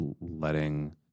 letting